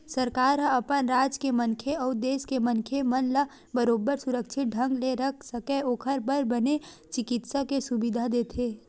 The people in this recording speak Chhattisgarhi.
सरकार ह अपन राज के मनखे अउ देस के मनखे मन ला बरोबर सुरक्छित ढंग ले रख सकय ओखर बर बने चिकित्सा के सुबिधा देथे